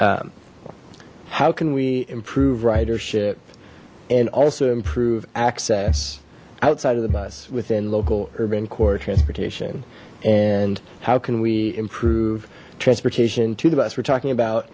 how can we improve ridership and also improve access outside of the bus within local urban core transportation and how can we improve transportation to the bus we're talking about